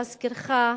להזכירך,